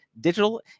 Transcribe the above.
Digital